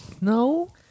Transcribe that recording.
No